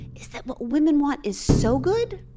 is that what women want is so good